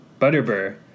Butterbur